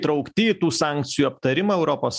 traukti į tų sankcijų aptarimą europos